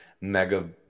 mega